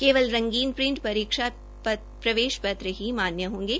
केवल रंगीन प्रिंट परीक्षा प्रवेश पत्र ही मान्य होंगे